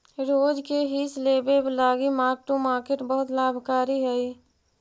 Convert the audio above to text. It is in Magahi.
रोज के हिस लेबे लागी मार्क टू मार्केट बहुत लाभकारी हई